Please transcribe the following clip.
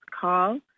call